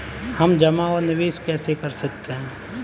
हम जमा और निवेश कैसे कर सकते हैं?